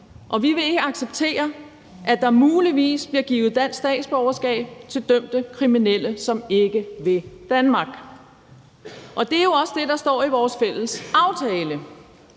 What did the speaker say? og vi vil ikke acceptere, at der muligvis bliver givet dansk statsborgerskab til dømte kriminelle, som ikke vil Danmark. Det er jo også det, der står i vores fælles aftale.